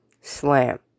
slam